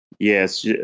Yes